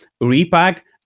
Repack